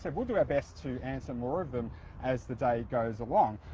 and we'll do our best to answer more of them as the day goes along.